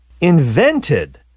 invented